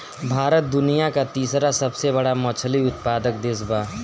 भारत दुनिया का तीसरा सबसे बड़ा मछली उत्पादक देश बा